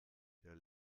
der